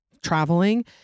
traveling